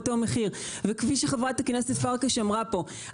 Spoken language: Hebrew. באותו מחיר וכפי שחברת הכנסת פרקש אמרה פה,